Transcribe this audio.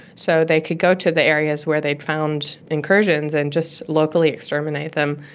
so they could go to the areas where they'd found incursions and just locally exterminate them,